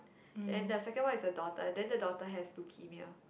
then the second one is a daughter then the daughter has leukemia